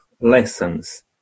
lessons